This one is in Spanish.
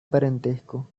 parentesco